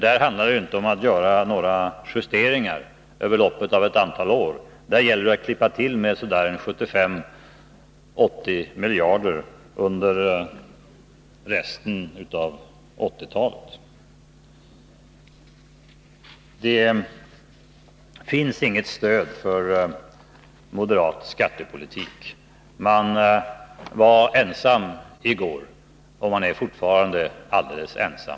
Där handlar det inte om att göra några justeringar under loppet av ett antal år, där gäller det att klippa till med 75-80 miljarder kronor under resten av 1980-talet. Det finns inget stöd för moderat skattepolitik. Man var ensam i går, och man är dess bättre fortfarande alldeles ensam.